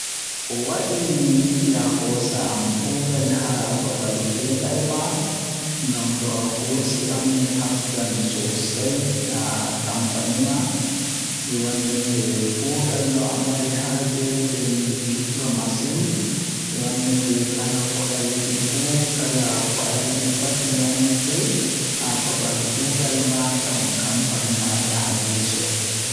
Ko waɗi mi yiɗi ahoosa am kuugal haa babal kuugal ma ngam to ahoosi an mi habdan sosai haa kampani ma, mi wannete kuugal no amari haaje nden mi tiɗdo masin mi wannete kala ko ayiɗi fu kala ko ayiɗi pat mi wannete haa babal kuugal ma ngam kampani man yaha yeeso.